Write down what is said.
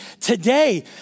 today